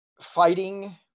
fighting